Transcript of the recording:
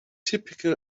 typical